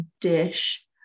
dish